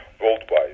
worldwide